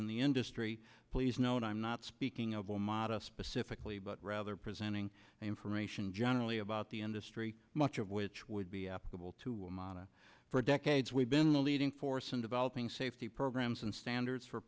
in the industry please note i'm not speaking of a modest specifically but rather presenting information generally about the industry much of which would be applicable to a model for decades we've been leading force in developing safety programs and standards for